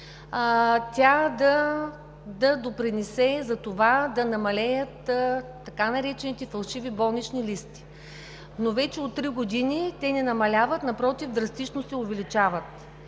тя да допринесе за това да намалеят така наречените фалшиви болнични листове, но от три години вече те не намаляват, а напротив – драстично се увеличават.